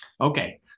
Okay